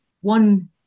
one